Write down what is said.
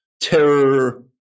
terror